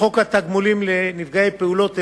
לחוק התגמולים לנפגעי פעולות איבה,